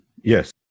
Yes